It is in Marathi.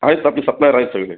आहेत आपले सप्लायर आहेत सगळीकडे